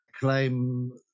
claim